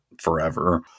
forever